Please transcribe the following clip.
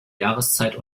jahreszeit